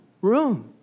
room